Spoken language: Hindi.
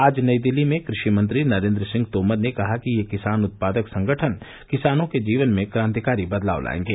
आज नई दिल्ली में कृषि मंत्री नरेन्द्र सिंह तोमर ने कहा कि ये किसान उत्पादक संगठन किसानों के जीवन में क्रान्तिकारी बदलाव लायेंगे